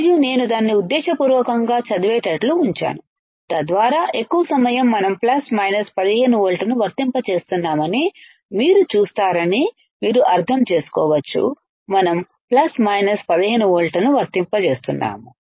మరియు నేను దానిని ఉద్దేశపూర్వకంగా చదివేటట్లు ఉంచాను తద్వారా ఎక్కువ సమయం మనం ప్లస్ మైనస్ 15 వోల్ట్లను వర్తింపజేస్తున్నామని మీరు చూస్తారని మీరు అర్థం చేసుకోవచ్చు మనం ప్లస్ మైనస్ 15 వోల్ట్లను వర్తింపజేస్తున్నాము